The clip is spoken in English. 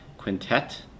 quintet